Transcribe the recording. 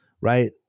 right